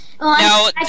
Now